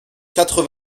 quatre